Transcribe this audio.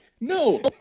No